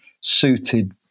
suited